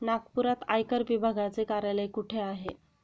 नागपुरात आयकर विभागाचे कार्यालय कुठे आहे?